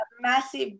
massive